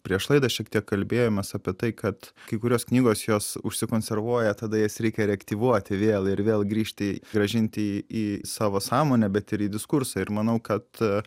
prieš laidą šiek tiek kalbėjomės apie tai kad kai kurios knygos jos užsikonservuoja tada jas reikia reaktyvuoti vėl ir vėl grįžti grąžinti į savo sąmonę bet ir į diskursą ir manau kad